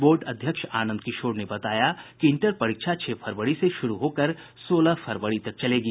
board अध्यक्ष आनंद किशोर ने बताया कि इंटर परीक्षा छह फरवरी से शुरू होकर सोलह फरवरी तक चलेगी